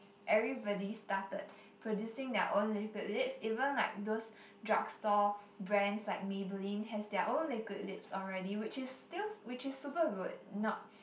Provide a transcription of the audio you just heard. everybody started producing their own liquid lips even like those drug store brands like Maybelline has their own liquid lips already which is still which is super good not